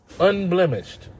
Unblemished